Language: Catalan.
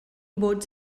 vots